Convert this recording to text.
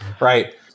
Right